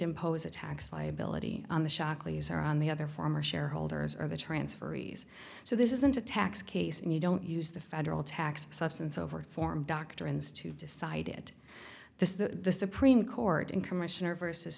impose a tax liability on the shockley's or on the other former shareholders of the transferees so this isn't a tax case and you don't use the federal tax substance over form doctrines to decide it this is the supreme court in commissioner versus